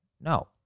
No